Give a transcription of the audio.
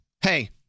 Hey